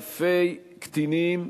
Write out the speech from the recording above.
באלפי קטינים,